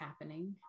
happening